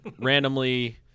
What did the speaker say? randomly